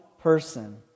person